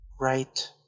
Right